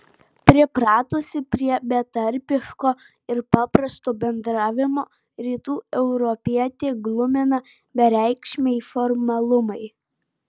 pripratusį prie betarpiško ir paprasto bendravimo rytų europietį glumina bereikšmiai formalumai